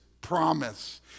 promise